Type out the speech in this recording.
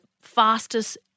fastest